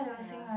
ya